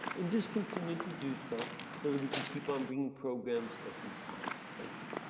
and just continue to do so so that we can keep on bringing programs at these times. thank you.